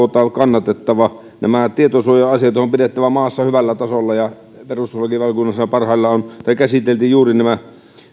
kannatettava nämä tietosuoja asiat on on pidettävä maassa hyvällä tasolla perustuslakivaliokunnassa parhaillaan käsiteltiin juuri nämä